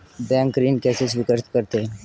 Bank ऋण कैसे स्वीकृत करते हैं?